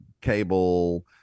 cable